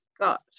got